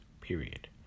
Period